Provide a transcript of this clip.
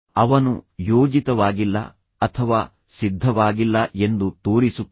ಅವನು ಯೋಜಿತವಾಗಿಲ್ಲ ಅಥವಾ ಸಿದ್ಧವಾಗಿಲ್ಲ ಎಂದು ತೋರಿಸುತ್ತದೆ